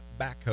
backhoe